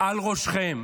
על ראשכם.